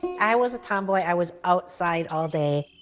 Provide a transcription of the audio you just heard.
i was a tomboy i was outside all day.